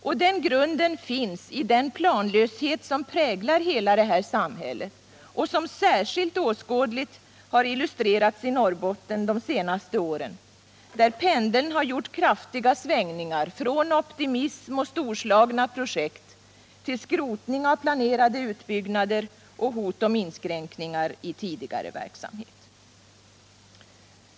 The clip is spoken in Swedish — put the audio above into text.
Och den grunden finns i den planlöshet som präglar hela detta samhälle och som särskilt åskådligt har illustrerats i Norrbotten de senaste åren, där pendeln har gjort kraftiga svängningar från optimism och storslagna projekt till tal om skrotning av planerade utbyggnader och hot om inskränkningar i tidigare verksamhet.